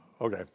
Okay